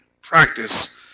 practice